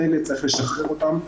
צריך לשחרר את הכבלים האלה,